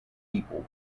people